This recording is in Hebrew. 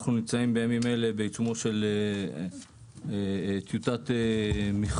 אנו נמצאים בימים אלה בעיצומה של טיוטת מכרז